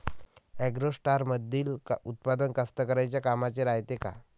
ॲग्रोस्टारमंदील उत्पादन कास्तकाराइच्या कामाचे रायते का?